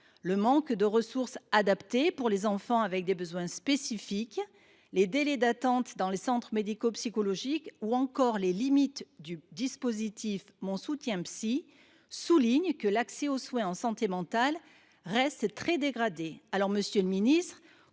Le manque de ressources adaptées pour les enfants présentant des besoins spécifiques, les délais d’attente dans les centres médico psychologiques ou encore les limites du dispositif Mon soutien psy l’illustrent : l’accès aux soins en santé mentale reste très dégradé.